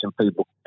people